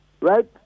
Right